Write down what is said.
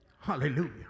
Hallelujah